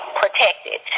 protected